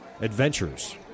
adventures